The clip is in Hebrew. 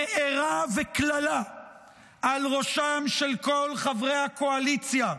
מארה וקללה על ראשם של כל חברי הקואליציה,